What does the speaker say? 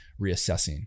reassessing